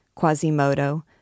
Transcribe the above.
Quasimodo